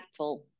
impactful